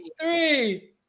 Three